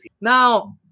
now